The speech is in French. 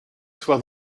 soir